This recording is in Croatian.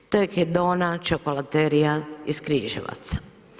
To je Hedona, čokolaterija iz Križevaca.